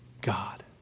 God